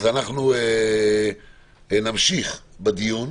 אנחנו נמשיך בדיון.